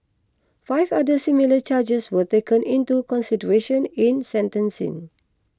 five other similar charges were taken into consideration in sentencing